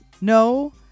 No